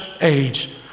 age